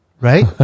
right